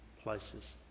places